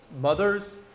mothers